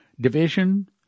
division